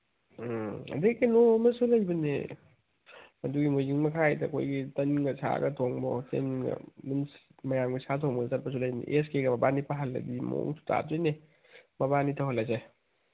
ꯎꯝ ꯑꯗꯒꯤ ꯀꯩꯅꯣ ꯑꯃꯁꯨ ꯂꯩꯕꯅꯦ ꯑꯗꯨꯒꯤ ꯃꯣꯏꯖꯤꯡ ꯃꯈꯥꯏꯗ ꯑꯩꯈꯣꯏꯒꯤ ꯇꯟꯒ ꯁꯥꯒ ꯊꯣꯡꯕ ꯍꯣꯇꯦꯜꯒ ꯃꯌꯥꯝꯒꯤ ꯁꯥ ꯊꯣꯡꯕ ꯆꯠꯄꯁꯨ ꯂꯩꯕꯅꯦ ꯑꯦꯁ ꯀꯦꯒ ꯃꯕꯥꯟꯅꯤ ꯄꯥꯍꯜꯂꯗꯤ ꯃꯑꯣꯡ ꯇꯥꯗꯣꯏꯅꯤ ꯃꯕꯥꯟꯅꯤ ꯇꯧꯍꯜꯂꯁꯦ